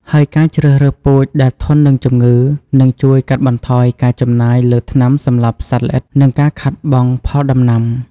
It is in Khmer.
ហើយការជ្រើសរើសពូជដែលធន់នឹងជំងឺ នឹងជួយកាត់បន្ថយការចំណាយលើថ្នាំសម្លាប់សត្វល្អិត និងការខាតបង់ផលដំណាំ។